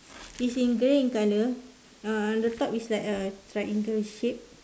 it's in grey in color uh on the top it's like a triangle shape